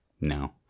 no